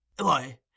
Why